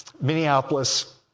Minneapolis